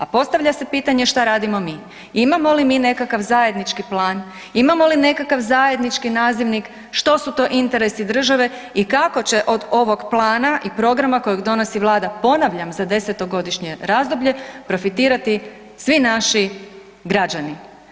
A postavlja se pitanje šta radimo mi, imamo li mi nekakav zajednički plan, imamo li nekakav zajednički nazivnik što su to interesi države i kako će od ovog plana i programa kojeg donosi vlada, ponavljam, za 10-godišnje razdoblje profitirati svi naši građani.